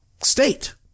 state